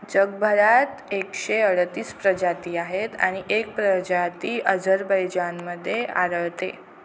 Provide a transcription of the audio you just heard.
जगभरात एकशे अडतीस प्रजाती आहेत आणि एक प्रजाती अझरबैजानमध्ये आढळते